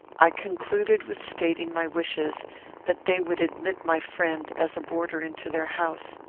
i concluded with stating my wishes that they would admit my friend as a boarder into their house.